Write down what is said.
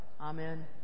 Amen